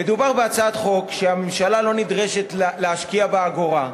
מדובר בהצעת חוק שהממשלה לא נדרשת להשקיע בה אגורה,